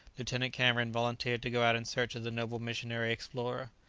lieutenant cameron volunteered to go out in search of the noble missionary explorer.